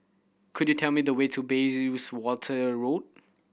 could you tell me the way to Bayswater Road